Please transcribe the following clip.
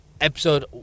episode